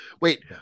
Wait